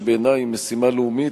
שבעיני היא משימה לאומית,